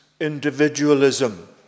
individualism